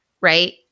right